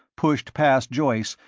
pushed past joyce,